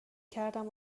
کردم